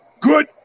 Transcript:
Good